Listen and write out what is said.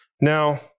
Now